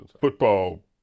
football